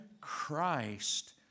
Christ